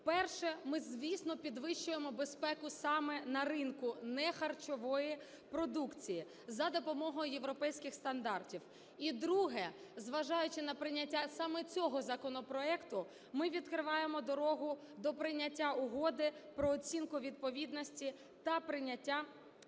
Перше: ми, звісно, підвищуємо безпеку саме на ринку нехарчової продукції за допомогою європейських стандартів. І друге: зважаючи на прийняття саме цього законопроекту, ми відкриваємо дорогу до прийняття Угоди про оцінку відповідності та прийнятності